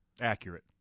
Accurate